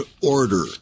order